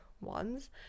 ones